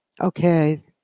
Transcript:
Okay